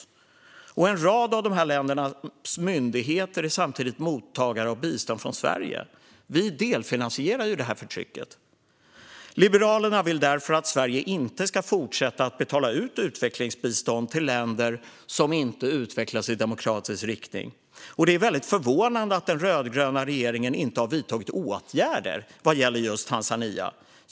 Samtidigt är en rad av dessa länders myndigheter mottagare av bistånd från Sverige, så vi delfinansierar detta förtryck. Liberalerna vill därför att Sverige inte ska fortsätta att betala ut utvecklingsbistånd till länder som inte utvecklas i demokratisk riktning. Det är förvånande att den rödgröna regeringen inte har vidtagit åtgärder vad gäller Tanzania.